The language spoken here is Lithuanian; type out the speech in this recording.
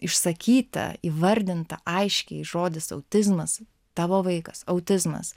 išsakyta įvardinta aiškiai žodis autizmas tavo vaikas autizmas